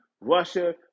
Russia